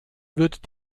wird